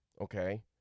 okay